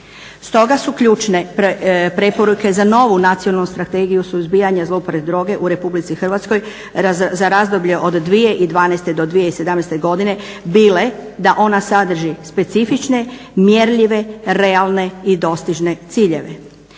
Stoga su ključne preporuke za novu Nacionalnu strategiju suzbijanja zlouporabe droge u RH za razdoblje od 2012. do 2017. godine bile da ona sadrži specifične, mjerljive, realne i dostižne ciljeve.